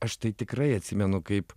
aš tai tikrai atsimenu kaip